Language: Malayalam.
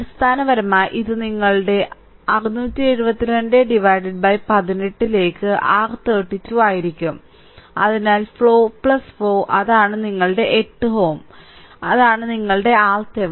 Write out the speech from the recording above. അടിസ്ഥാനപരമായി ഇത് നിങ്ങൾ 67218 ലേക്ക് R32 ആയിരിക്കും അതിനാൽ 4 4 അതാണ് നിങ്ങളുടെ 8 Ω അതാണ് നിങ്ങളുടെ RThevenin